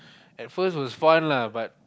at first was fun lah but